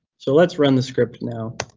so let's run the script now.